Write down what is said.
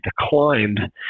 declined